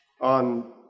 on